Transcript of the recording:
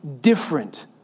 different